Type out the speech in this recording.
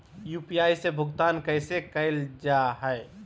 UPI से भुगतान कैसे कैल जहै?